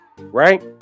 right